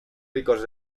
ricos